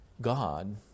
God